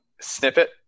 snippet